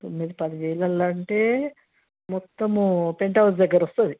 తొమ్మిది పది వేలలో అంటే మొత్తము పెంట్హౌస్ దగ్గర వస్తుంది